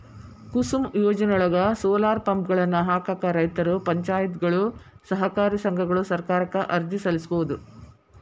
ಕುಸುಮ್ ಯೋಜನೆಯೊಳಗ, ಸೋಲಾರ್ ಪಂಪ್ಗಳನ್ನ ಹಾಕಾಕ ರೈತರು, ಪಂಚಾಯತ್ಗಳು, ಸಹಕಾರಿ ಸಂಘಗಳು ಸರ್ಕಾರಕ್ಕ ಅರ್ಜಿ ಸಲ್ಲಿಸಬೋದು